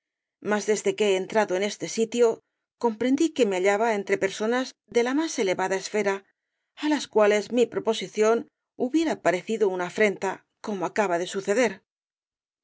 mas desde que he entrado en este sitio comprendí que me hallaba entre personas de la más elevada esfera á las cuales mi proposición hubiera parecido una afrenta como acaba de suceder